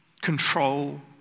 control